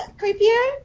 creepier